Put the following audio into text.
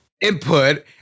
input